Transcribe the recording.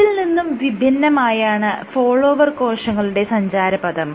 ഇതിൽ നിന്നും വിഭിന്നമായാണ് ഫോളോവർ കോശങ്ങളുടെ സഞ്ചാരപഥം